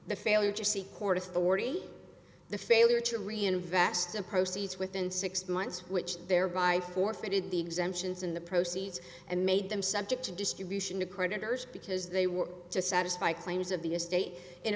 the failure to see court authority the failure to reinvest the proceeds within six months which thereby forfeited the exemptions in the proceeds and made them subject to distribution to creditors because they were to satisfy claims of the estate in